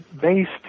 based